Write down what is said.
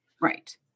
Right